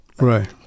right